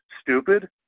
stupid